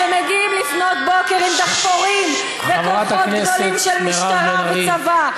כשמגיעים לפנות בוקר עם דחפורים וכוחות גדולים של משטרה או צבא,